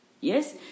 Yes